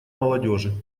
молодежи